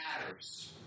matters